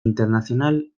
internacional